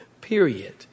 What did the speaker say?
Period